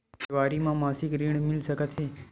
देवारी म मासिक ऋण मिल सकत हे?